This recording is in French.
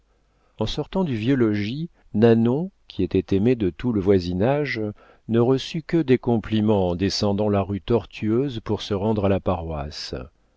en sortant du vieux logis nanon qui était aimée de tout le voisinage ne reçut que des compliments en descendant la rue tortueuse pour se rendre à la paroisse